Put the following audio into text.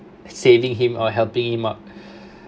saving him or helping him up